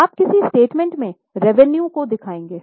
आप किस स्टेटमेंट में रेवेनुए को दिखाएँगे